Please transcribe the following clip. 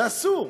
זה אסור,